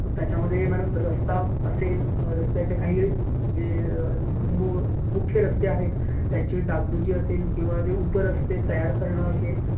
मग त्याच्यामध्ये मॅडम रस्ता असेल रस्त्याच्या काही जे मु मुख्य रस्ते आहेत त्यांची डागडुजी असेल किंवा जे उपरस्ते तयार करणं असेल